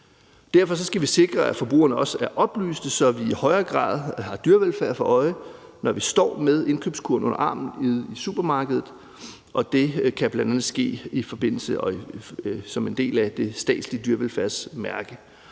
Derfor skal vi sikre, at forbrugerne også er oplyste, så vi i højere grad har dyrevelfærd for øje, når vi står med indkøbskurven over armen i supermarkedet. Og det kan bl.a. ske i forbindelse med og som en del af det statslige dyrevelfærdsmærke.